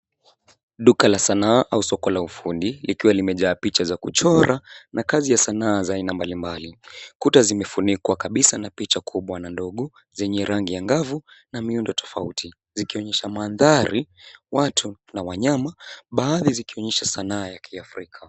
Duka la sanaa au soko la ufundi likiwa limejaa picha za kuchora na kazi ya sanaa za aina mbalimbali. Kuta zimefunikwa kabisa na picha kubwa na ndogo zenye rangi angavu na miundo tofauti zikionyesha mandhari, watu na wanyama baadhi zikionyesha sanaa ya kiafrika.